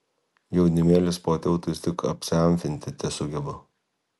jaunimėlis po tiltais tik apsiamfinti tesugeba